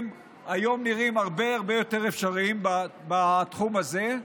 היום נראים הרבה הרבה יותר אפשריים בתחום הזה.